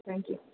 thank you